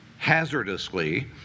hazardously